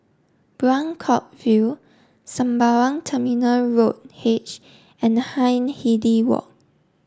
Buangkok View Sembawang Terminal Road H and Hindhede Walk